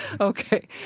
Okay